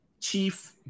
Chief